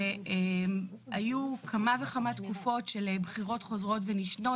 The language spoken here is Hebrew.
היו כמה וכמה תקופות של בחירות חוזרות ונשנות